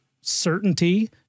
certainty